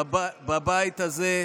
בבית הזה,